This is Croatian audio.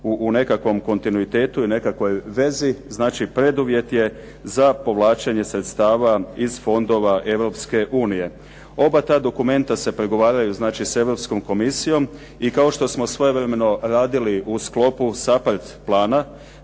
u nekakvom kontinuitetu i nekakvoj vezi znači preduvjet je za povlačenje sredstava iz fondova Europske unije. Oba ta dokumenta se pregovaraju, znači sa Europskom komisijom i kao što smo svojevremeno radili u sklopu SAPARD plana